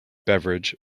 beverage